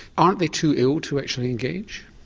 aren't they too ill to actually engage?